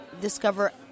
discover